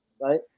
right